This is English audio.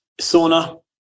sauna